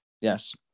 yes